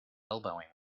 elbowing